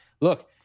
look